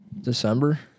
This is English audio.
December